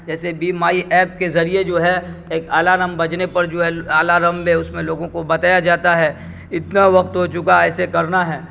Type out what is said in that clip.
جیسے B my app کے ذریعے جو ہے ایک الارم بجنے پر جو ہے الارم میں اس میں لوگوں کو بتایا جاتا ہے اتنا وقت ہو چکا ایسے کرنا ہے